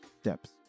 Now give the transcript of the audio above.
Steps